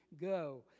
go